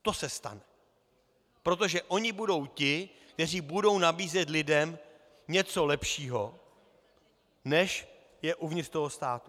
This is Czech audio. To se stane, protože oni budou ti, kteří budou nabízet lidem něco lepšího, než je uvnitř toho státu.